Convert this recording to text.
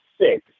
six